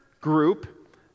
group